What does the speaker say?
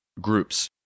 groups